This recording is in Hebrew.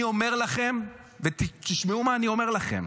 אני אומר לכם, ותשמעו מה אני אומר לכם: